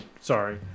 sorry